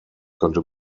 konnte